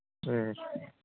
ꯎꯝ